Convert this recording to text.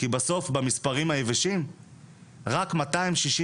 כי בסוף במספרים היבשים רק מאתיים שישים